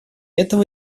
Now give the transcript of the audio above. этого